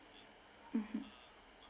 mmhmm